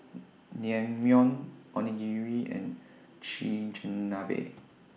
Naengmyeon Onigiri and Chigenabe